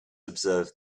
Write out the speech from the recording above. observe